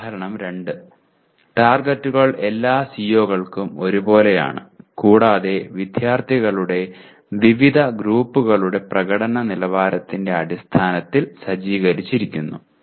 ഉദാഹരണം 2 ടാർഗെറ്റുകൾ എല്ലാ CO കൾക്കും ഒരുപോലെയാണ് കൂടാതെ വിദ്യാർത്ഥികളുടെ വിവിധ ഗ്രൂപ്പുകളുടെ പ്രകടന നിലവാരത്തിന്റെ അടിസ്ഥാനത്തിൽ സജ്ജീകരിച്ചിരിക്കുന്നു